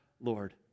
Lord